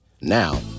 Now